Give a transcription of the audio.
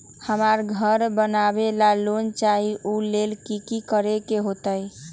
हमरा घर बनाबे ला लोन चाहि ओ लेल की की करे के होतई?